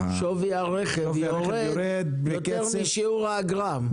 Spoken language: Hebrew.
שווי הרכב יורד יותר משיעור האגרה.